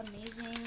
amazing